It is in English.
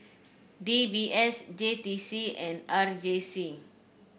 D B S J T C and R J C